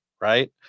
right